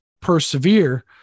persevere